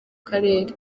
karere